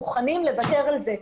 מוכנים לוותר על זה,